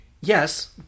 Yes